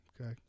Okay